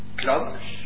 clubs